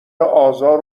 آزار